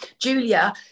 Julia